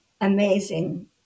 amazing